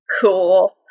Cool